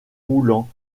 roulants